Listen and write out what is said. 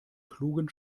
klugen